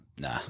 Nah